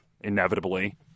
inevitably